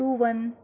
two one